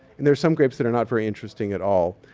and there's some grapes that are not very interesting at all.